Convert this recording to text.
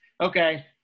Okay